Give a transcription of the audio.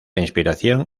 inspiración